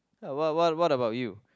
ya what what what about you